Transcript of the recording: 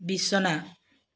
বিছনা